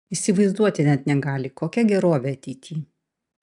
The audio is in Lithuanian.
įsivaizduoti net negali kokia gerovė ateity